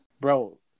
bro